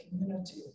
community